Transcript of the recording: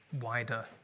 wider